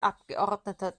abgeordneter